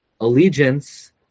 allegiance